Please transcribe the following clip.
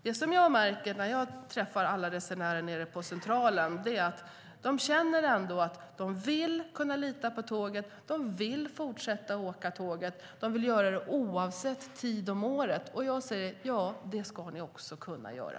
Det jag märker när jag träffar alla resenärer nere på Centralen är att de ändå känner att de vill kunna lita på tåget, att de vill fortsätta åka tåget och att de vill göra det oavsett tid på året. Jag säger: Ja, det ska ni också kunna göra.